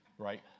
right